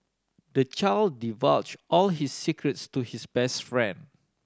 the child divulged all his secrets to his best friend